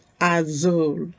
Azul